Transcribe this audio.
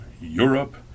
Europe